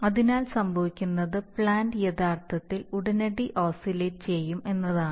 അതിനാൽ സംഭവിക്കുന്നത് പ്ലാന്റ് യഥാർത്ഥത്തിൽ ഉടനടി ഓസിലേറ്റ് ചെയ്യും എന്നതാണ്